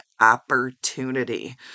opportunity